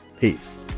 Peace